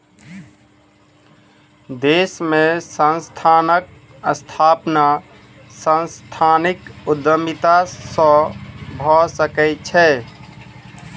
देश में संस्थानक स्थापना सांस्थानिक उद्यमिता से भअ सकै छै